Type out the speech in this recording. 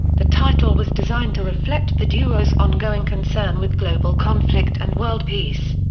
the title was designed to reflect the duo's ongoing concern with global conflict and world peace.